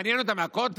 מעניין אותם הכותל?